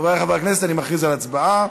חברי חברי הכנסת, אני מכריז על הצבעה.